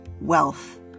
Wealth